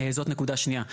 זאת נקודה שנייה.